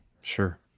Sure